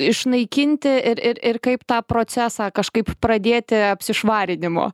išnaikinti ir ir ir kaip tą procesą kažkaip pradėti apsišvarinimo